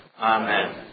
Amen